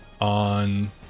On